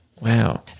Wow